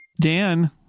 Dan